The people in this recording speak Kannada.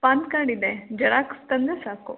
ಪಾನ್ ಕಾರ್ಡ್ ಇದೆ ಜೆರಾಕ್ಸ್ ತಂದರೆ ಸಾಕು